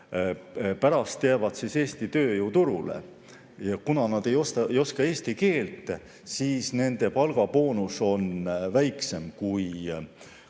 pärast jäävad Eesti tööjõuturule, aga kuna nad ei oska eesti keelt, siis nende palgaboonus on väiksem kui